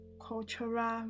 cultural